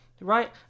right